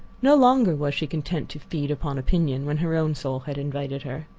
no longer was she content to feed upon opinion when her own soul had invited her.